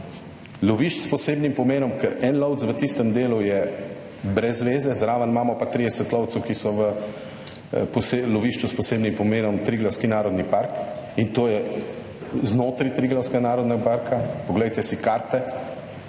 lovišč s posebnim pomenom, ker en lovec v tistem delu je brez zveze, zraven imamo pa 30 lovcev, ki so v lovišču s posebnim pomenom Triglavski narodni park in to je znotraj Triglavskega narodnega parka. Poglejte si karte.